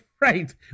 Right